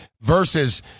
versus